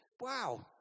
wow